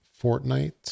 Fortnite